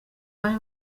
bari